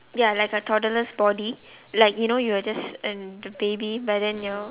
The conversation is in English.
ya like a toddler's body like you know you are just in the baby but then your